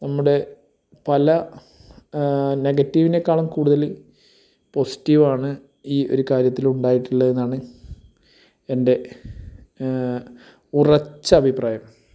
നമ്മുടെ പല നെഗറ്റീവിനേക്കാളും കൂടുതൽ പോസിറ്റീവ് ആണ് ഈ ഒരു കാര്യത്തിൽ ഉണ്ടായിട്ടുള്ളത് എന്നാണ് എൻ്റെ ഉറച്ച അഭിപ്രായം